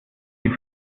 die